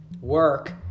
work